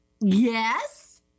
Yes